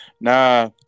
Nah